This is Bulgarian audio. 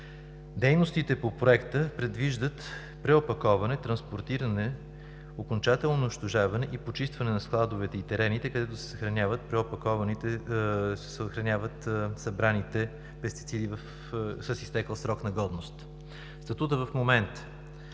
Дейностите по проекта предвиждат преопаковане, транспортиране, окончателно унищожаване и почистване на складовете и терените, където се съхраняват събраните пестициди с изтекъл срок на годност. Статутът в момента.